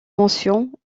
mention